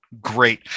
great